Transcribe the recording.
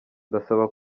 ndasaba